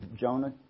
Jonah